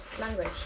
language